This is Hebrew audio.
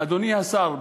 אדוני השר,